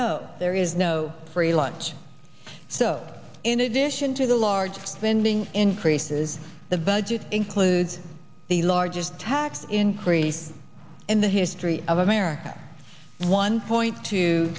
know there is no free lunch so in addition to the largest spending increases the budget includes the largest tax increase in the history of america one point two